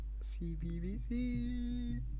CBBC